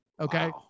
okay